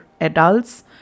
adults